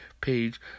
page